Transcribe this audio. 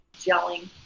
gelling